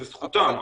זו זכותן,